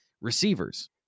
receivers